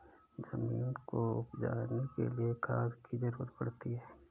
ज़मीन को उपजाने के लिए खाद की ज़रूरत पड़ती है